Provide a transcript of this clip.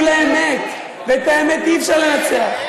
היא מול האמת, ואת האמת אי-אפשר לנצח.